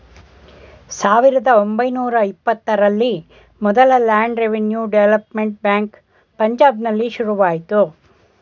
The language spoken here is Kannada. ಸಾವಿರದ ಒಂಬೈನೂರ ಇಪ್ಪತ್ತರಲ್ಲಿ ಮೊದಲ ಲ್ಯಾಂಡ್ ರೆವಿನ್ಯೂ ಡೆವಲಪ್ಮೆಂಟ್ ಬ್ಯಾಂಕ್ ಪಂಜಾಬ್ನಲ್ಲಿ ಶುರುವಾಯ್ತು